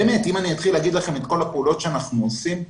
אם אני אתחיל להגיד לכם את כל הפעולות שאנחנו עושים,